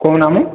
କ'ଣ